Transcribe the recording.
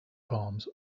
palms